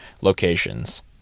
locations